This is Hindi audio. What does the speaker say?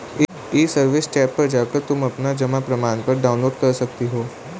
ई सर्विस टैब पर जाकर तुम अपना जमा प्रमाणपत्र डाउनलोड कर सकती हो